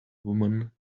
woman